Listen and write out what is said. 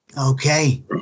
Okay